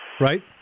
Right